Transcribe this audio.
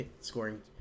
scoring –